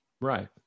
Right